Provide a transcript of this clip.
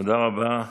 תודה רבה.